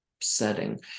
setting